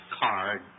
card